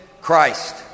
Christ